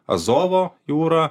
azovo jūra